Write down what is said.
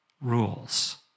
rules